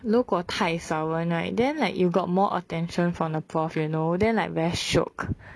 如果太少人 right then like you got more attention from the prof you know then like very shiok